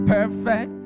Perfect